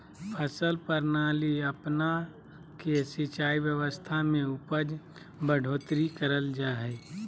फसल प्रणाली अपना के सिंचाई व्यवस्था में उपज बढ़ोतरी करल जा हइ